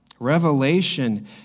Revelation